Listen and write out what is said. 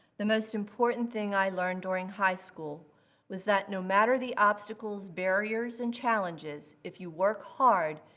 the most important thing i learned during high school was that no matter the obstacles, barriers, and challenges, if you work hard,